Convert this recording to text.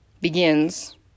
begins